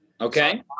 okay